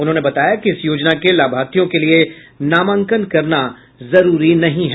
उन्होंने बताया कि इस योजना के लाभार्थियों के लिए नामांकन करना जरूरी नहीं है